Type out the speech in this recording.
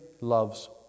loves